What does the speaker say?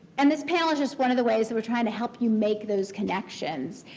and, this panel is just one of the ways that we're trying to help you make those connections.